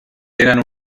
tenen